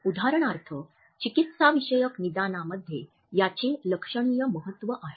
उदाहरणार्थ चिकित्साविषयक निदानामध्ये याचे लक्षणीय महत्व आहे